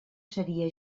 seria